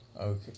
Okay